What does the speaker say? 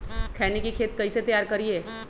खैनी के खेत कइसे तैयार करिए?